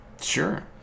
Sure